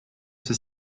ceux